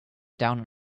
down